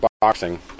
boxing